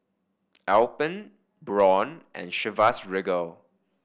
Alpen Braun and Chivas Regal